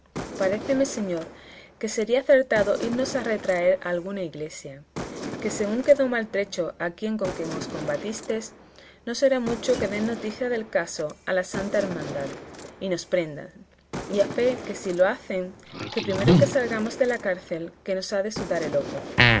dijo paréceme señor que sería acertado irnos a retraer a alguna iglesia que según quedó maltrecho aquel con quien os combatistes no será mucho que den noticia del caso a la santa hermandad y nos prendan y a fe que si lo hacen que primero que salgamos de la cárcel que nos ha de sudar el hopo